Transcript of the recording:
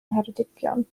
ngheredigion